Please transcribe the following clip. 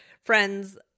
friends